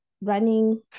running